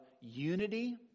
unity